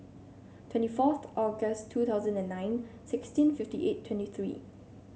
twenty fourth August two thousand and nine sixteen fifty eight twenty three